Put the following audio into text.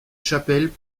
chapelle